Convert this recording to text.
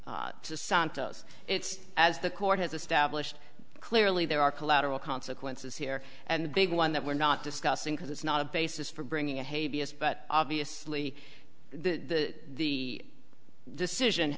to santos it's as the court has established clearly there are collateral consequences here and the big one that we're not discussing because it's not a basis for bringing a hay b s but obviously the the decision